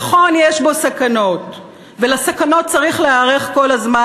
נכון, יש בו סכנות, ולסכנות צריך להיערך כל הזמן.